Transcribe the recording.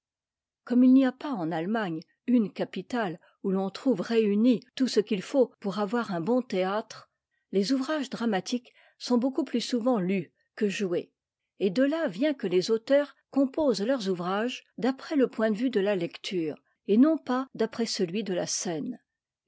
comme il n'y a pas en ahemagne une capitale où l'on trouve réuni tout ce qu'il faut pour avoir un bon théâtre les ouvrages dramatiques sont beaucoup plus souvent lus que joués et de là vient que les auteurs composent leurs ouvrages d'après le point de vue de la lecture et non pas d'après celui de la scène